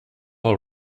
all